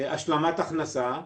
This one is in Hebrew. השלמת הכנסה,